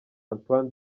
antoine